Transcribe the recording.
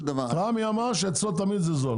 רמי אמר שאצלו תמיד זה זול.